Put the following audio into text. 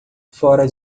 fora